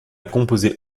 composé